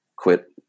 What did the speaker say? quit